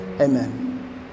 Amen